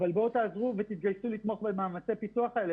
אבל בואו תעזרו לנו ותתגייסו לתמוך במאמצי הפיתוח האלה,